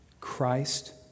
Christ